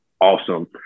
awesome